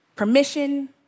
Permission